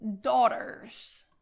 daughters